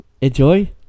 Enjoy